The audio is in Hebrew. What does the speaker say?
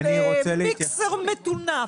על מיקסר מטונף.